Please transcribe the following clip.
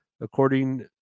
According